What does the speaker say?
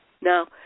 Now